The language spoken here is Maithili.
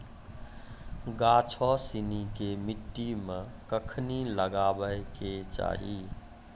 गाछो सिनी के मट्टी मे कखनी लगाबै के चाहि?